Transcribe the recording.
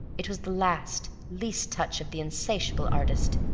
it was the last, least touch of the insatiable artist,